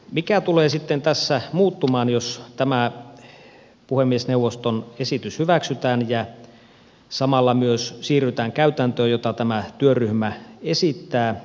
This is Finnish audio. mikä tulee sitten tässä muuttumaan jos tämä puhemiesneuvoston esitys hyväksytään ja samalla myös siirrytään käytäntöön jota tämä työryhmä esittää